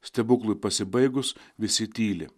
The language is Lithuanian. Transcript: stebuklui pasibaigus visi tyli